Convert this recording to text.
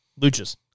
Luchas